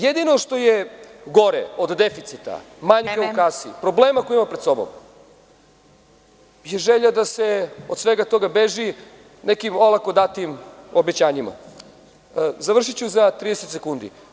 Jedino što je gore od deficita, manjka u kasi, problema koje imamo pred sobom, je želja da se od svega toga beži nekim olako datim obećanjima. (Predsedavajuća: Vreme.) Završiću za 30 sekundi.